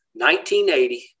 1980